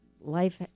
life